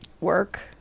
work